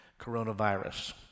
coronavirus